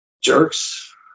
jerks